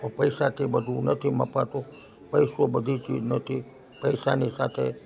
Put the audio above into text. પણ પૈસાથી બધું નથી મપાતું પૈસો બધી ચીજ નથી પૈસાની સાથે